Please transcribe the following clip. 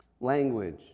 Language